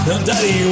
daddy